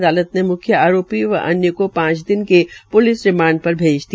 अदालत मे मुख्य आरोपी व अन्य को पांच दिन के प्लिस रिमांड पर भेज दिया